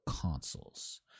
consoles